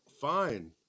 Fine